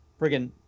friggin